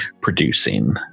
producing